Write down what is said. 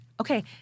Okay